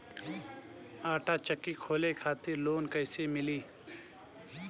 आटा चक्की खोले खातिर लोन कैसे मिली?